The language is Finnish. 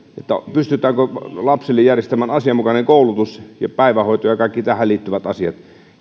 pystytäänkö lapsille järjestämään asianmukainen koulutus ja päivähoito ja kaikki tähän liittyvät asiat